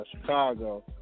Chicago